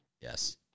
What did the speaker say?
Yes